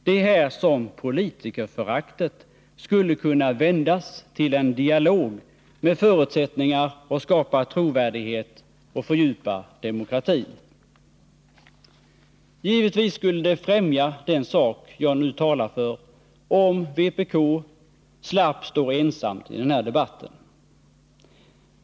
Det är här som politikerföraktet skulle kunna vändas till en dialog med förutsättningar att skapa trovärdighet och fördjupa demokratin. Givetvis skulle det främja den sak jag nu talar för om vpk slapp stå ensamt i den här debatten.